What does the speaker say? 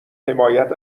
حمایت